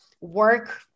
work